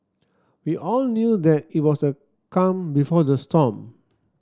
we all knew that it was the calm before the storm